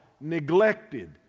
neglected